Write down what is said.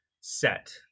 set